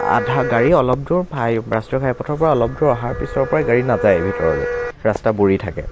আধা গাড়ী অলপ দূৰ ভা ৰাষ্ট্ৰীয় ঘাইপথৰ পৰা অলপ দূৰ অহাৰ পিছৰ পৰাই গাড়ী নাযায় ভিতৰলৈ ৰাস্তা বুৰি থাকে